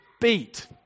beat